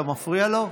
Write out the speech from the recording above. אתה מפריע לו?